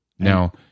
Now